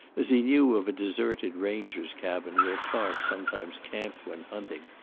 as he knew of a deserted ranger's cabin where clark sometimes camped when hunting.